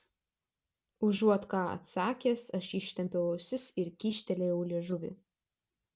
užuot ką atsakęs aš ištempiau ausis ir kyštelėjau liežuvį